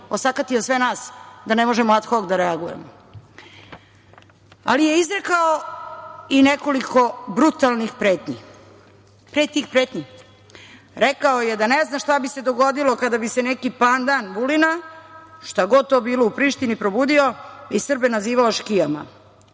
osakatio sve nas da ne možemo ad hok da reagujemo. Ali, izrekao je i nekoliko brutalnih pretnji. Pre tih pretnji rekao je da ne zna šta bi se dogodilo kada bi se neki pandan Vulina, šta god to bilo, u Prištini probudio i Srbe nazivao „škijama“.Kako